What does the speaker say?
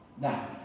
Now